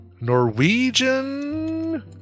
Norwegian